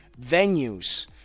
venues